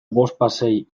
bospasei